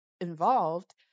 involved